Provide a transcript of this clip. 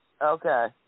Okay